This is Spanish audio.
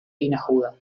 linajuda